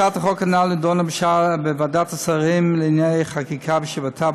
הצעת החוק הנ"ל נדונה בוועדת השרים לענייני חקיקה בישיבתה